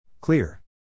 Clear